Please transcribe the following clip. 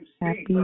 Happy